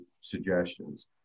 suggestions